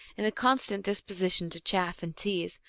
and the con stant disposition to chaff and tease,